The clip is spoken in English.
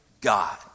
God